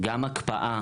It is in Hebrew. גם הקפאה